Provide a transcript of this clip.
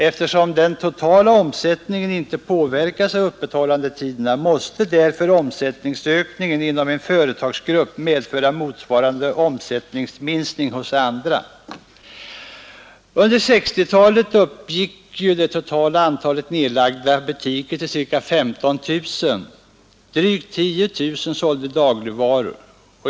Eftersom den totala omsättningen inte påverkas av öppethållandetiderna måste därför omsättningsökningen inom en företagsgrupp medföra motsvarande omsättningsminskning hos andra grupper. Under 1960-talet uppgick det totala antalet nedlagda butiker till ca 15 000, varav drygt 10 000 sålde dagligvaror.